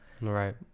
Right